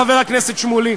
חבר הכנסת שמולי,